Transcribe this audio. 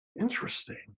Interesting